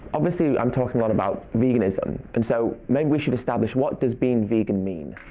obviously i'm talking alot about veganism. and so maybe we should establish what does being vegan mean?